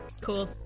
Cool